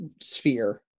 sphere